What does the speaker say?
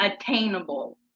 attainable